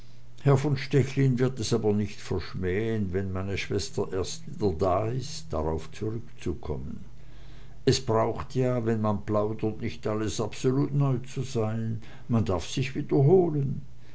herr von stechlin wird es aber nicht verschmähen wenn meine schwester erst wieder da ist darauf zurückzukommen es braucht ja wenn man plaudert nicht alles absolut neu zu sein man darf sich wiederholen